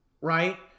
right